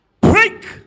Break